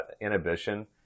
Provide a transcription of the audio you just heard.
inhibition